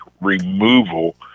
removal